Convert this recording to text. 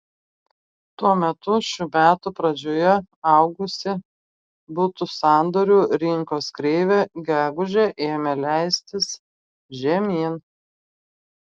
tuo metu šių metų pradžioje augusi butų sandorių rinkos kreivė gegužę ėmė leistis žemyn